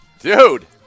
Dude